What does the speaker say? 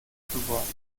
beworben